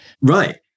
Right